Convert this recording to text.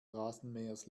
rasenmähers